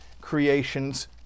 creations